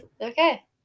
okay